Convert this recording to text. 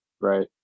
Right